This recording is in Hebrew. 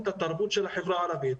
לתרבות של החברה הערבית.